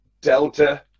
Delta